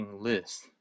list